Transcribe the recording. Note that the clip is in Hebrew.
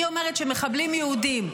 אני אומרת שמחבלים יהודים,